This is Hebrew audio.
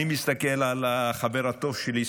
אני מסתכל על החבר הטוב שלי,